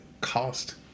cost